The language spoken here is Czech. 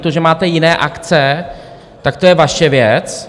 To, že máte jiné akce, to je vaše věc.